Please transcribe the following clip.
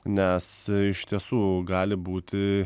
nes iš tiesų gali būti